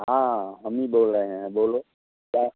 हाँ हम ही बोल रहे हैं बोलो क्या